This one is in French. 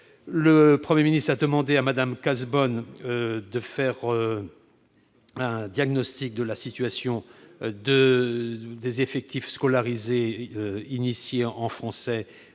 le Premier ministre a demandé à Mme Cazebonne d'établir un diagnostic sur la situation des effectifs scolarisés en français